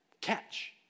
Catch